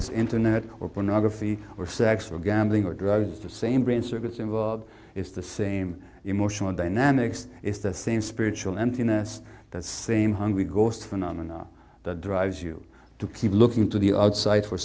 it's internet or pornography or sex or gambling or drugs the same brain circuits involved it's the same emotional dynamics it's the same spiritual emptiness that same hungry ghost phenomenon that drives you to keep looking to the outside fo